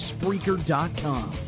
Spreaker.com